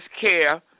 care